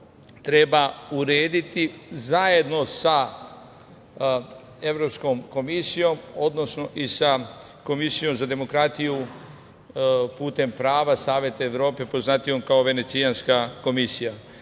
treba urediti zajedno sa Evropskom komisijom i Komisijom za demokratiju putem prava Saveta Evrope, poznatijom kao Venecijanska komisija. Drago